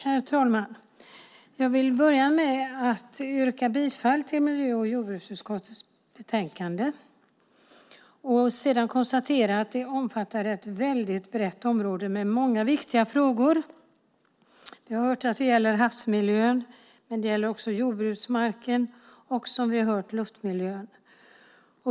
Herr talman! Jag börjar med att yrka bifall till förslaget i miljö och jordbruksutskottets betänkande. Jag konstaterar att det omfattar ett väldigt brett område med många viktiga frågor. Det gäller havsmiljön, jordbruksmarken och luftmiljön.